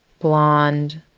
blond,